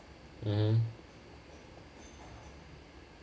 mmhmm